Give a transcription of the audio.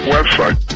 Website